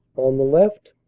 on the left,